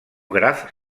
graf